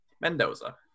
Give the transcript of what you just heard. Mendoza